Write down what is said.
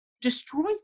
destroy